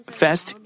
fast